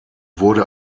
wurde